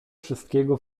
wszystkiego